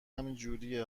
همینجوره